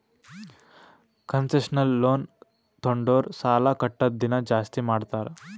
concessional loan ತೊಂಡುರ್ ಸಾಲಾ ಕಟ್ಟದ್ ದಿನಾ ಜಾಸ್ತಿ ಮಾಡ್ತಾರ್